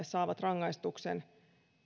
saavat rangaistuksen